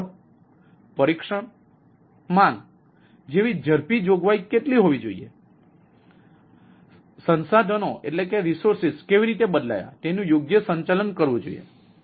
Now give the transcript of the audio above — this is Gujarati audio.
ઝડપ પરીક્ષણ માંગ જેવી ઝડપી જોગવાઈ કેટલી હોવી જોઈએ લવચીકતા અને સંસાધનો કેવી રીતે બદલાયા તેનું યોગ્ય સંચાલન કરવું જોઈએ